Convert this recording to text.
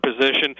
position